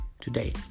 today